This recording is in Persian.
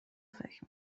فکر